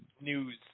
News